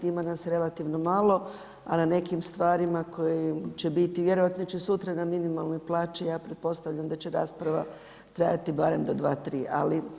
Ima nas relativno malo, a na nekim stvarima koje će biti, vjerojatno će sutra na minimalnoj plaći ja pretpostavljam da će rasprava trajati barem do dva, tri.